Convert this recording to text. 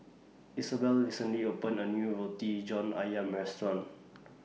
Isabel recently opened A New Roti John Ayam Restaurant